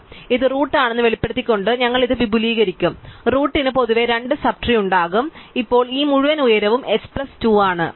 അതിനാൽ ഇത് റൂട്ട് ആണെന്ന് വെളിപ്പെടുത്തിക്കൊണ്ട് ഞങ്ങൾ ഇത് വിപുലീകരിക്കും റൂട്ടിന് പൊതുവെ 2 സബ് ട്രീ ഉണ്ടാകും അതിനാൽ ഇപ്പോൾ ഈ മുഴുവൻ ഉയരവും h പ്ലസ് 2 ആണ്